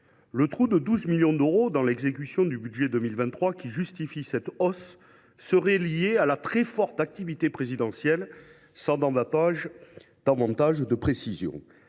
Le trou de 12 millions d’euros dans l’exécution du budget 2023, qui justifie cette hausse, serait lié à la « très forte activité présidentielle », sans qu’on nous donne davantage de précisions.